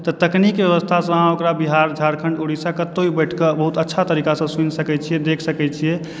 तऽ तकनीककऽ व्यवस्थासँ अहाँ ओकरा बिहार झारखंड उड़ीसा कतहुँ भी बैठकऽ बहुत आसानीसँ सुनि सकैत छियै देखि सकैत छियै